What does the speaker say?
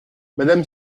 madame